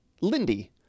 Lindy